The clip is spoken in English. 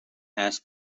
has